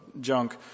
junk